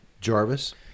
Jarvis